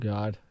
God